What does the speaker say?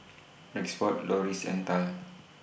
Rexford Loris and Tal